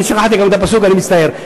אני שכחתי את הפסוק, אני מצטער.